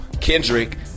kendrick